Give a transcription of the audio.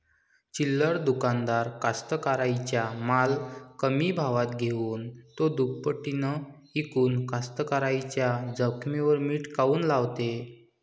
चिल्लर दुकानदार कास्तकाराइच्या माल कमी भावात घेऊन थो दुपटीनं इकून कास्तकाराइच्या जखमेवर मीठ काऊन लावते?